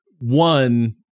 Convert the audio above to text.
one